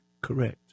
correct